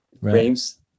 frames